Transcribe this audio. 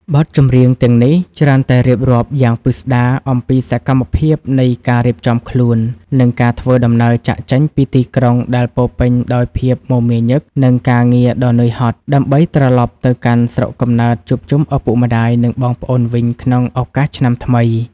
បទចម្រៀងទាំងនេះច្រើនតែរៀបរាប់យ៉ាងពិស្តារអំពីសកម្មភាពនៃការរៀបចំខ្លួន និងការធ្វើដំណើរចាកចេញពីទីក្រុងដែលពោរពេញដោយភាពមមាញឹក និងការងារដ៏នឿយហត់ ដើម្បីត្រឡប់ទៅកាន់ស្រុកកំណើតជួបជុំឪពុកម្តាយ និងបងប្អូនវិញក្នុងឱកាសឆ្នាំថ្មី។